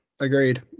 agreed